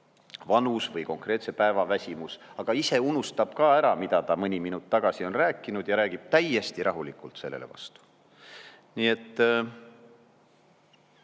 vanusest või konkreetse päeva väsimusest, aga ta unustab ära, mida ta mõni minut tagasi rääkis, ja räägib täiesti rahulikult sellele vastu. Kurb,